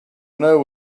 know